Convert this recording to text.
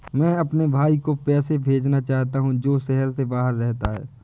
मैं अपने भाई को पैसे भेजना चाहता हूँ जो शहर से बाहर रहता है